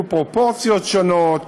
פרופורציות שונות,